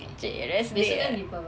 !chey! rest day ah